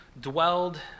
dwelled